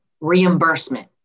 reimbursement